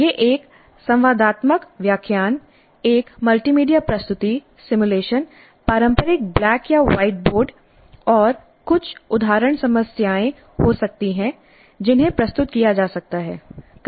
यह एक संवादात्मक व्याख्यान एक मल्टीमीडिया प्रस्तुति सिमुलेशन पारंपरिक ब्लैक या व्हाइट बोर्ड और कुछ उदाहरण समस्याएं हो सकती हैं जिन्हें प्रस्तुत किया जा सकता है